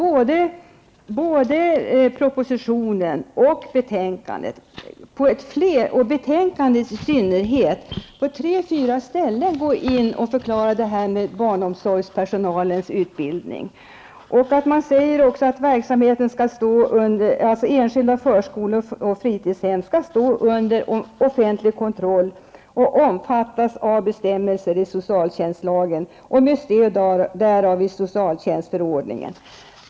I propositionen och i synnerhet i betänkandet tas barnomsorgspersonalens utbildning upp. Man säger att enskilda förskole och fritidshem skall stå under offentlig kontroll och omfattas av bestämmelser i socialtjänstlagen och med stöd därav i socialtjänstförordningen.